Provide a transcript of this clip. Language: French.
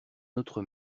notre